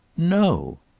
no!